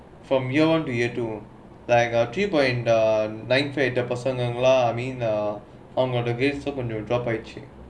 from year one to year two like uh three point nine in the percent I mean one of the grades like uh drop by three